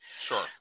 Sure